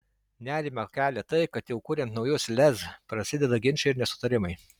nerimą kelią tai kad jau kuriant naujus lez prasideda ginčai ir nesutarimai